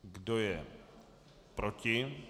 Kdo je proti?